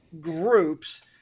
groups